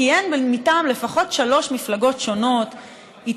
כיהן מטעם שלוש מפלגות שונות לפחות,